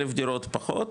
אלף דירות פחות.